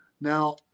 Now